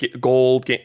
gold